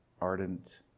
ardent